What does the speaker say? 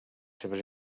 seves